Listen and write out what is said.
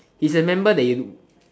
he's a member that